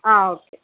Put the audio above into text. okay